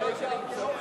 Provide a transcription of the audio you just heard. לא, הם לא מבינים.